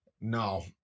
No